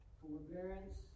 forbearance